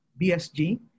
BSG